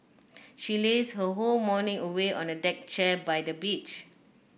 she lazed her whole morning away on a deck chair by the beach